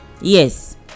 Yes